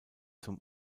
zum